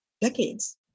decades